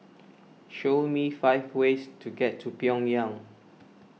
show me five ways to get to Pyongyang